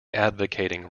advocating